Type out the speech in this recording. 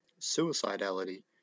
suicidality